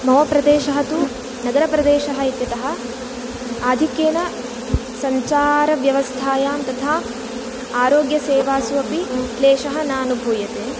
मम प्रदेशः तु नगरप्रदेशः इत्यतः आधिक्येन सञ्चारव्यवस्थायां तथा आरोग्यसेवासु अपि क्लेशः न अनुभूयते